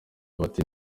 bati